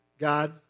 God